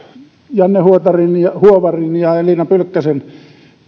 janne huovarin ja huovarin ja elina pylkkäsen